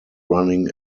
running